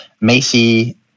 Macy